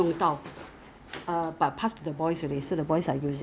and reviews ah so usually I I I read the description